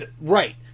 Right